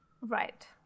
Right